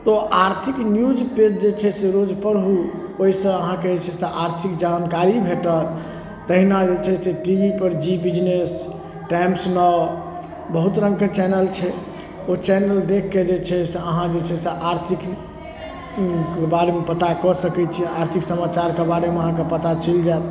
तऽ आर्थिक news page जे छै से रोज ओहिसँ अहाँके जे छै से आर्थिक जानकारी भेटत तहिना जे छै से टीवी पर जी बिजनेस टाइम्स नाउ बहुत रङ्ग कऽ चेनल छै ओइ चेनल मऽ देख कऽ जे छै से अहाँ जे छै से आर्थिक बारे मऽ पता कऽ सकै छी आर्थिक समाचार कऽ बारे मऽ अहाँक पता चलि जाय त